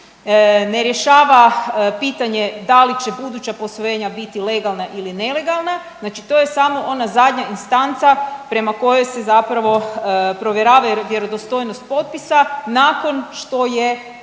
ne rješava pitanje da li će buduća posvojenja biti legalna ili nelegalna, znači to je samo ona zadnja instanca prema kojoj se zapravo provjerava vjerodostojnost potpisa nakon što je sam